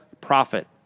profit